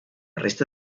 resta